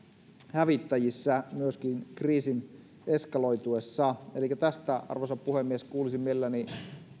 hävittäjissä myöskin kriisin eskaloituessa elikkä tästä arvoisa puhemies kuulisin mielelläni